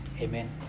Amen